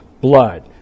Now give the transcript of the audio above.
blood